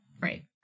Right